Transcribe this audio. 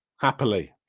happily